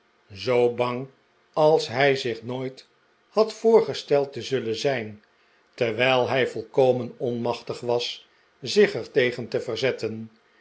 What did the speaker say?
zoo bang als hij zich nooit had voorgesteld te zullen zijn terwijl hij volkomen onmachtig was zich er tegen te verzetten